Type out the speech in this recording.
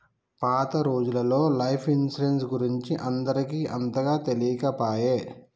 పాత రోజులల్లో life insurance గురించి అందరికి అంతగా తెలియకపాయె